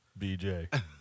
BJ